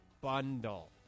Bundle